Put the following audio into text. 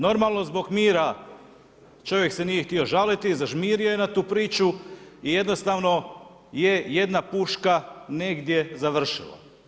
Normalno zbog mira čovjek se nije htio žaliti i zažmirio je na tu priču i jednostavno je jedna puška negdje završila.